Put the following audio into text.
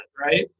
right